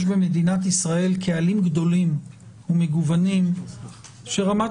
יש במדינת ישראל קהלים גדולים ומגוונים שרמת